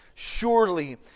surely